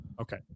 Okay